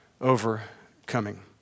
overcoming